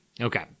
Okay